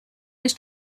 was